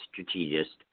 strategist